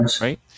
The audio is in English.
right